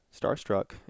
Starstruck